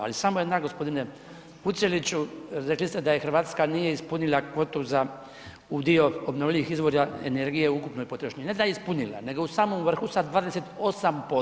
Ali, samo jedna g. Vuceliću, rekli ste da je Hrvatska nije ispunila kvotu za udio obnovljivih izvora energije u ukupnoj potrošnji, ne da je ispunila nego je u samom vrhu sa 28%